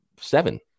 seven